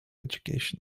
education